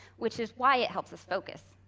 which is why it helps us focus.